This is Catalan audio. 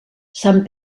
sant